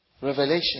revelation